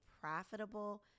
profitable